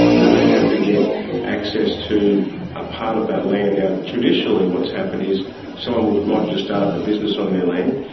they then have to get access to a part of that land. now, traditionally what's happened is so um someone might just start up a business on their land.